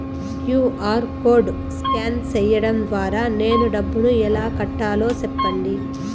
QR code scan సేయడం ద్వారా నేను డబ్బును ఎలా కట్టాలో సెప్పండి?